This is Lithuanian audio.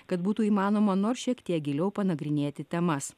kad būtų įmanoma nors šiek tiek giliau panagrinėti temas